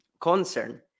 concern